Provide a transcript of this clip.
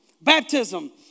Baptism